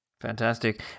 Fantastic